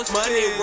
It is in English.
money